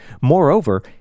Moreover